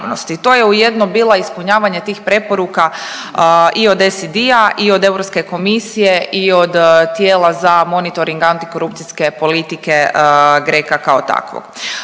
To je ujedno bila ispunjavanje tih preporuka i od OECD-a i Europske komisije i od tijela za monitoring antikorupcijske politike, GRECO-a, kao takvog.